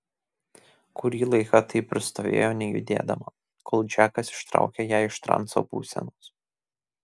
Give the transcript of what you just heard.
kurį laiką taip ir stovėjo nejudėdama kol džekas ištraukė ją iš transo būsenos